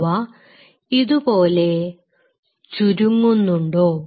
അവ ഇതുപോലെ ചുരുങ്ങുന്നുണ്ടോ